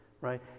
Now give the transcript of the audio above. right